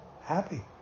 happy